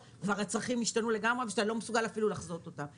הצרכים כבר ישתנו לגמרי ושאתה לא מסוגל אפילו לחזות אותם.